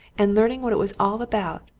and learning what it was all about,